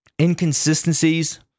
inconsistencies